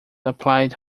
applied